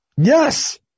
Yes